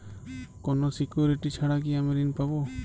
কোনো সিকুরিটি ছাড়া কি আমি ঋণ পাবো?